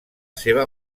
seva